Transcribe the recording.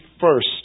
first